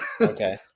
Okay